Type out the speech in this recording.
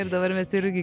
ir dabar mes irgi